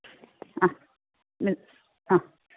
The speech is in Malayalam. ആ മി ആ